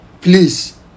please